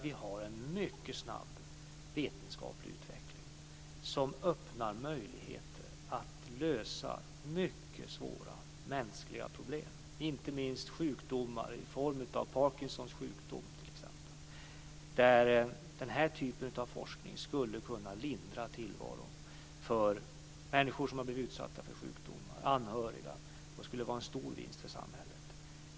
Vi har en mycket snabb vetenskaplig utveckling som öppnar möjligheter att lösa mycket svåra mänskliga problem inte minst när det gäller sjukdomar som Parkinsons sjukdom. Denna typ av forskning skulle kunna lindra tillvaron för människor som har blivit utsatta för sjukdomar och för deras anhöriga. Det skulle vara en stor vinst för samhället.